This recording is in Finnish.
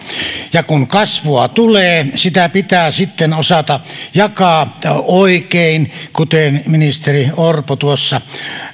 ja kun kasvua tulee sitä pitää sitten osata jakaa oikein kuten ministeri orpo tuossa